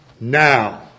now